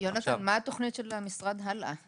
האם בניתם, מה הסטנדרטים, מה נקרא תור, מה יינתן?